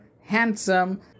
Handsome